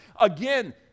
again